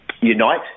unite